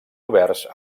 oberts